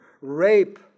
rape